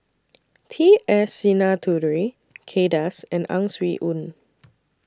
T S Sinnathuray Kay Das and Ang Swee Aun